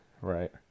right